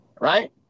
Right